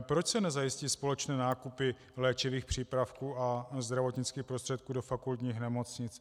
Proč se nezajistí společné nákupy léčivých přípravků a zdravotnických prostředků do fakultních nemocnic?